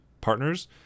partners